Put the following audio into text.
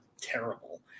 terrible